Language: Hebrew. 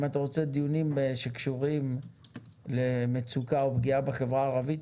אם אתה רוצה דיונים שקשורים למצוקה או לפגיעה בחברה הערבית,